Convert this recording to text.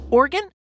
organ